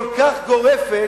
כל כך גורפת,